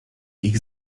ich